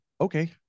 okay